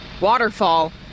waterfall